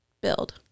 build